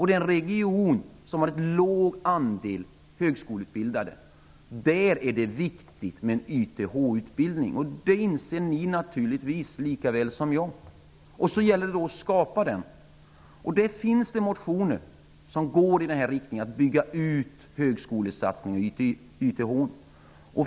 Det är en region som har låg andel högskoleutbildade. Där är det viktigt med YTH-utbildning. Det inser ni naturligtvis lika väl som jag. Då gäller det att skapa den. Det finns motioner som går i riktning att bygga ut högskolesatsning på YTH. Fru talman!